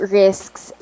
risks